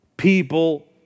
People